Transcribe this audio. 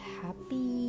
happy